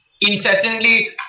incessantly